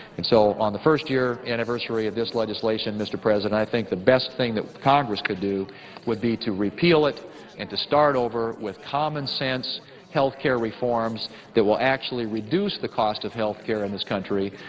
and so on the first-year anniversary of this legislation, mr. president, i think the best thing that congress could do would be to repeal it and to start over with commonsense health care reforms that will actually reduce the cost of health care in this country,